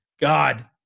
God